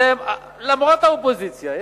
למרות האופוזיציה,